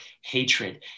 hatred